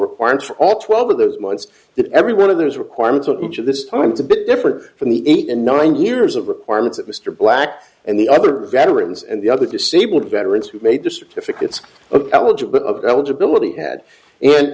requirements for all twelve of those months that every one of those requirements of each of this time is a bit different from the eight and nine years of requirements that mr black and the other veterans and the other disabled veterans who made the certificates of eligible eligibility had